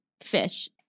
fish